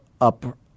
up